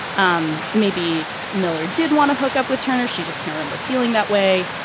um maybe miller did want to hook up with turner she just can remember feeling that way.